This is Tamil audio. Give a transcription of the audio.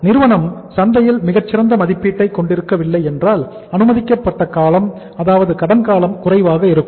நிறுவனம் சந்தையில் மிகச்சிறந்த மதிப்பீட்டை கொண்டிருக்கவில்லை என்றால் அனுமதிக்கப்பட்ட கடன் காலம் குறைவாக இருக்கும்